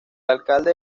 alcalde